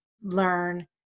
learn